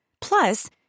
Plus